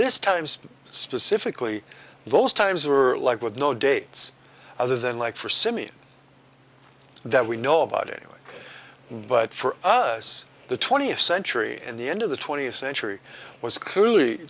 this times specifically those times were like with no dates other than like for simeon that we know about it but for us the twentieth century and the end of the twentieth century was clearly